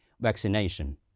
vaccination